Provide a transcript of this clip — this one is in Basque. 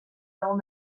egon